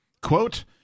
Quote